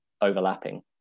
overlapping